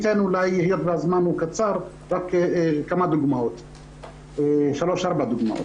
היות והזמן קצר אציג רק שלוש ארבע דוגמאות.